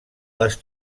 les